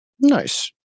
Nice